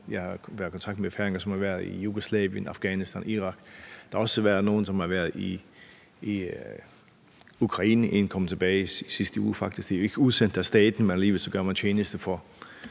været i kontakt med færinger, som har været i Jugoslavien, Afghanistan, Irak, og der er også nogen, som har været i Ukraine – en kom tilbage i sidste uge faktisk. De er jo ikke udsendt af staten, men alligevel gør man tjeneste i